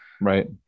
right